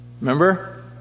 Remember